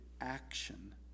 action